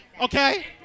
okay